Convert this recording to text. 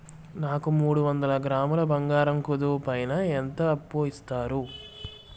నాకు మూడు వందల గ్రాములు బంగారం కుదువు పైన ఎంత అప్పు ఇస్తారు?